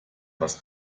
was